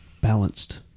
balanced